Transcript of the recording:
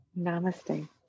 Namaste